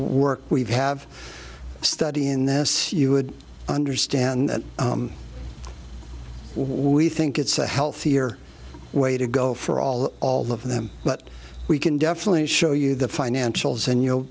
work we have study in this you would understand that we think it's a healthier way to go for all all of them but we can definitely show you the financials and you